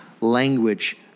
language